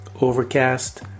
Overcast